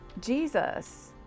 Jesus